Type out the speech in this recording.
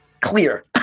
clear